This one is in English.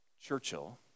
Churchill